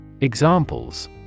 Examples